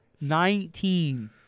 Nineteen